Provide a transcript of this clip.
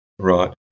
Right